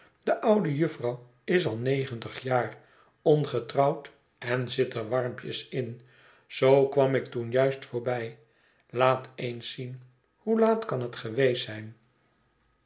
de oude jufvrouw is al negentig jaar ongetrouwd en zit er warmpjes in zoo kwam ik toen juist voorbij laat eens zien hoe laat kan het geweest zijn